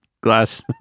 glass